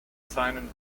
seinen